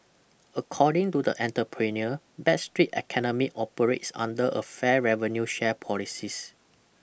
according to the enterpreneur Backstreet Academy operates under a fair revenue share policies